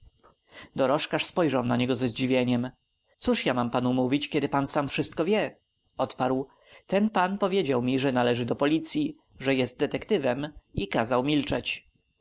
dorożkarz spojrzał na niego ze zdziwieniem cóż ja panu mam mówić kiedy pan sam wie wszystko odparł ten pan powiedział mi że należy do policyi że jest detektywem i kazał milczeć